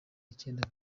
icyenda